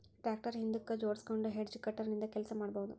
tractor ಹಿಂದಕ್ ಜೋಡ್ಸ್ಕೊಂಡು hedge cutter ನಿಂದ ಕೆಲಸ ಮಾಡ್ಬಹುದು